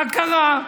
מה קרה?